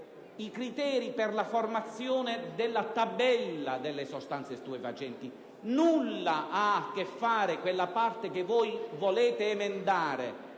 i criteri per la formazione della tabella delle sostanze stupefacenti; nulla ha a che fare quella parte che volete emendare,